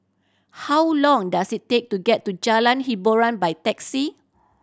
how long does it take to get to Jalan Hiboran by taxi